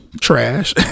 trash